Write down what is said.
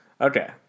Okay